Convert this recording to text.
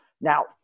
Now